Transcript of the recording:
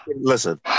listen